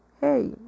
Hey